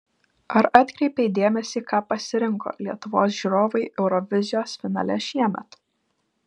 ar atkreipei dėmesį ką pasirinko lietuvos žiūrovai eurovizijos finale šiemet